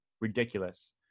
ridiculous